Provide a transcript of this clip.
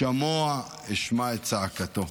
שמע אשמע את צעקתו".